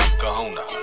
kahuna